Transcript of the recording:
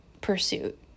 pursuit